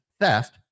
theft